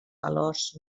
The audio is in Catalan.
valors